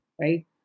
right